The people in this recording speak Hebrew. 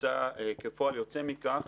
כפועל יוצא מכך,